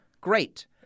great